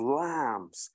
lambs